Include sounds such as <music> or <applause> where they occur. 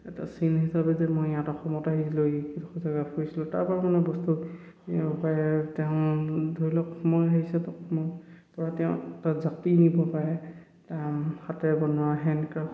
এটা চিন হিচাপে যে মই ইয়াত অসমত আহিছিলোঁ <unintelligible> তেওঁ ধৰি লওক সময় আহিছে সময় পৰা তেওঁ এটা জাপি নিব পাৰে হাতেৰে বনোৱা হেণ্ডক্ৰাফট